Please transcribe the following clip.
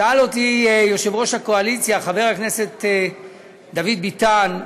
שאל אותי יושב-ראש הקואליציה, חבר הכנסת דוד ביטן,